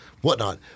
whatnot